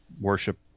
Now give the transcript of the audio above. worship